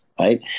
Right